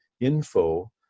info